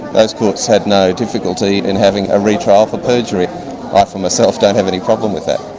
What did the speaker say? those courts had no difficulty in having a re-trial for perjury, i for myself don't have any problem with that.